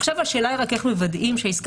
עכשיו השאלה היא רק איך מוודאים שהעסקה